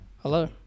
Hello